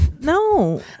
No